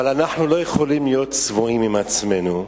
אבל אנחנו לא יכולים להיות צבועים עם עצמנו,